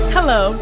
Hello